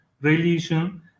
religion